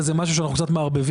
וזה משהו שאנחנו קצת מערבבים.